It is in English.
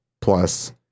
plus